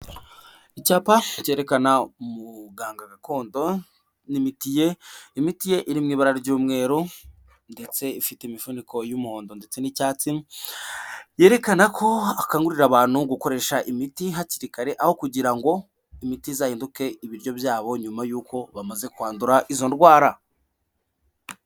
Icyapa cyerekana umuganga gakondo n'imiti ye, imiti ye iri mu ibara ry'umweru, ndetse ifite imifuniko y'umuhondo ndetse n'icyatsi, yerekana ko akangurira abantu gukoresha imiti hakiri kare, aho kugira ngo imiti izahinduke ibiryo by'abo, nyuma y'uko bamaze kwandura izo ndwara.